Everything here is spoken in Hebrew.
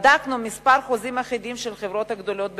בדקנו כמה חוזים אחידים של החברות הגדולות במשק.